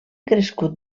crescut